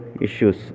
issues